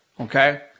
okay